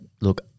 look